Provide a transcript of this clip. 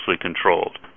controlled